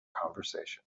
conversation